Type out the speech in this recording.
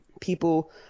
people